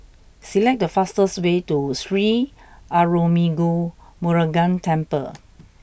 select the fastest way to Sri Arulmigu Murugan Temple